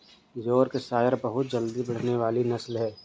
Yorkshire बहुत जल्दी बढ़ने वाली नस्ल है